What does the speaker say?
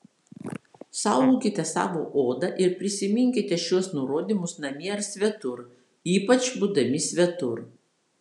saugokite savo odą ir prisiminkite šiuos nurodymus namie ar svetur ypač būdami svetur